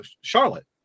Charlotte